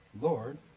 Lord